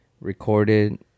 Recorded